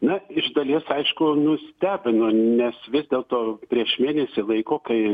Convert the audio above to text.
na iš dalies aišku nustebino nes vis dėlto prieš mėnesį laiko kai